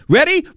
Ready